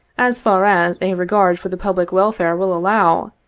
as far as a regard for the public welfare will allow,